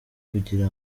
kugira